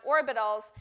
orbitals